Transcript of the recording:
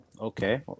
Okay